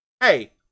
hey